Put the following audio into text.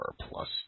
plus